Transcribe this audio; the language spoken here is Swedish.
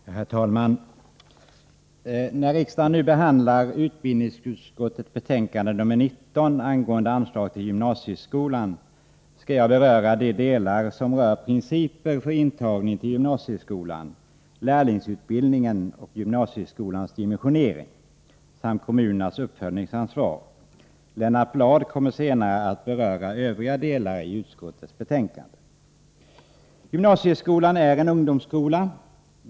Herr talman! När riksdagen nu behandlar utbildningsutskottets betänkande 19 angående anslag till gymnasieskolan skall jag beröra de delar som handlar om principer för intagning på gymnasieskolan, lärlingsutbildning och gymnasieskolans dimensionering samt kommunernas uppföljningsansvar. Lennart Bladh kommer senare att beröra övriga delar av utskottsbetänkandet. Gymnasieskolan är en ungdomsskola.